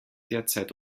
derzeit